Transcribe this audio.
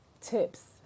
tips